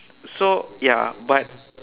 so ya but